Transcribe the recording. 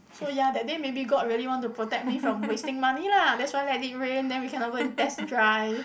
so ya that day maybe god really want to protect me from wasting money lah that's why let it rain then we cannot go and test drive